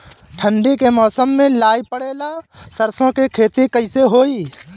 ठंडी के मौसम में लाई पड़े ला सरसो के खेती कइसे होई?